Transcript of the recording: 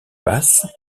basses